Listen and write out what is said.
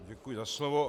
Děkuji za slovo.